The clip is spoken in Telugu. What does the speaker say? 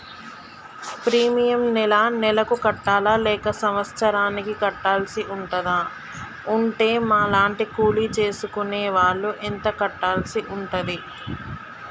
ప్రీమియం నెల నెలకు కట్టాలా లేక సంవత్సరానికి కట్టాల్సి ఉంటదా? ఉంటే మా లాంటి కూలి చేసుకునే వాళ్లు ఎంత కట్టాల్సి ఉంటది?